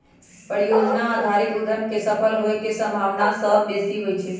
परिजोजना आधारित उद्यम के सफल होय के संभावना सभ बेशी होइ छइ